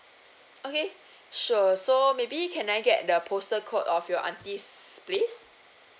okay sure so maybe can I get the postal code of your aunty's place